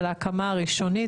של ההקמה הראשונית.